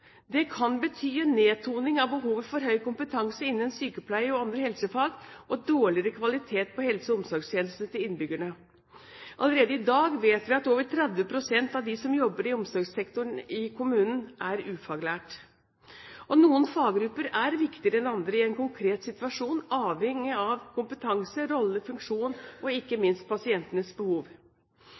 Det kan bety en nedtoning av behovet for høy kompetanse innen sykepleie og andre helsefag og dårligere kvalitet på helse- og omsorgstjenestene til innbyggerne. Allerede i dag vet vi at over 30 pst. av dem som jobber i omsorgssektoren i kommunene, er ufaglærte. Noen faggrupper er viktigere enn andre i en konkret situasjon, avhengig av kompetanse, rolle, funksjon og ikke minst pasientenes behov.